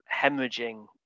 hemorrhaging